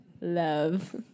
love